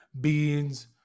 beans